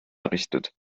errichtet